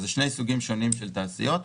אלו שני סוגים שונים של תעשיות.